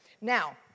Now